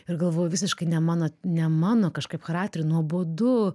ir galvoju visiškai ne mano ne mano kažkaip charakteriui nuobodu